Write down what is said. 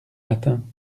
matin